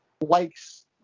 likes